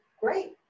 great